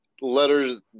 letters